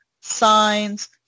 Signs